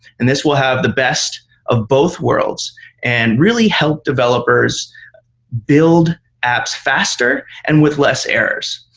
and this will have the best of both worlds and really help developers build apps faster and with less errors.